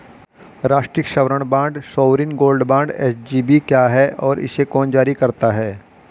राष्ट्रिक स्वर्ण bond sovereign gold bond SGB क्या है और इसे कौन जारी करता है?